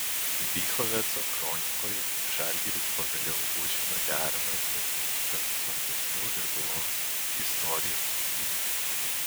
bychoveco kronikoje žalgiris pagaliau užima deramą vietą tarp svarbesnių lietuvos istorijos įvykių